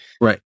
Right